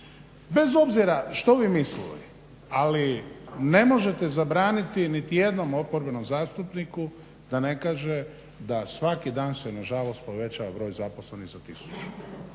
Bez obzira što vi mislili, ali ne možete zabraniti niti jednom oporbenom zastupniku da ne kaže da svaki dan se povećava broj zaposlenih za 1000.